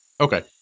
Okay